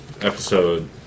episode